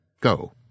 Go